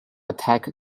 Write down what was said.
attack